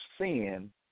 sin